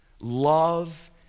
love